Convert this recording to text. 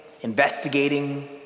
investigating